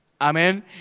Amen